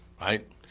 right